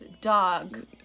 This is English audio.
Dog